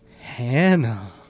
Hannah